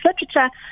literature